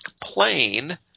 Plane